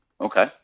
Okay